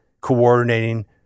coordinating